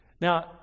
Now